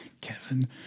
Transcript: Kevin